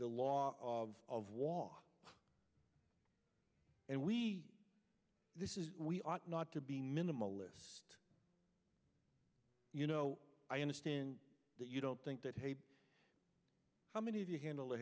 the law of of wall and we this is we ought not to be minimalist you know i understand that you don't think that hate how many of you handle he